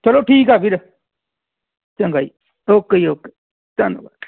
ਚੱਲੋ ਠੀਕ ਆ ਵੀਰ ਚੰਗਾ ਜੀ ਓਕੇ ਜੀ ਓਕੇ ਧੰਨਵਾਦ